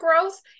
growth